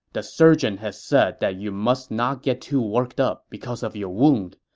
the surgeon has said that you must not get too worked up because of your wound.